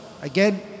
Again